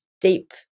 deep